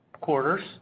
quarters